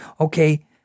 Okay